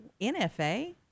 NFA